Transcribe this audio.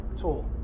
tool